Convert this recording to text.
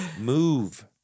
Move